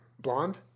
blonde